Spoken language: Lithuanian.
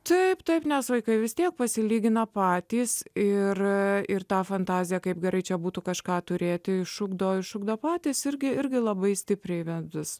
taip taip nes vaikai vis tiek pasilygino patys ir tą fantaziją kaip gerai čia būtų kažką turėti išugdo išugdo patys irgi irgi labai stipriai įvedus